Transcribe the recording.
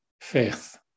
faith